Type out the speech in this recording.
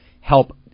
help